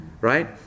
Right